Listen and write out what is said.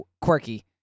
quirky